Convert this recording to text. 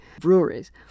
breweries